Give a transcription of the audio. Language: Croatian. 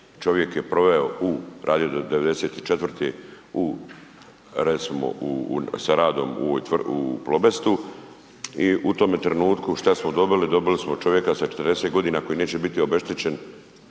čovjek je proveo u, radio je do '94. u recimo u, sa radom u Plobestu i u tome trenutku šta smo dobili, dobili smo čovjeka sa 40.g. koji neće biti obeštećen